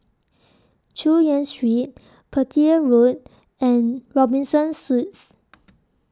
Chu Yen Street Petir Road and Robinson Suites